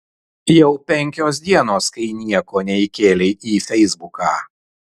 jau penkios dienos kai nieko neįkėlei į feisbuką